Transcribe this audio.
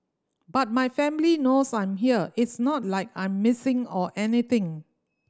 but my family knows I'm here it's not like I'm missing or anything